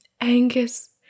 Angus